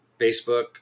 Facebook